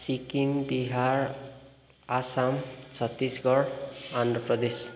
Sikkim Bihar Assam Chhattisgarh Andhra Pradesh